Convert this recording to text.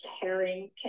caring